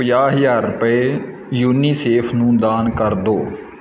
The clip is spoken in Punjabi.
ਪੰਜਾਹ ਹਜ਼ਾਰ ਰੁਪਏ ਯੂਨੀਸੇਫ ਨੂੰ ਦਾਨ ਕਰ ਦਿਓ